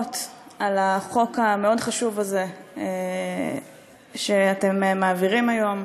ברכות על החוק המאוד-חשוב הזה שאתם מעבירים היום.